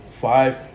Five